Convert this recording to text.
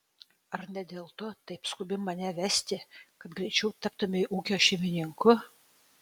ar ne dėl to taip skubi mane vesti kad greičiau taptumei ūkio šeimininku